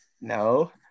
No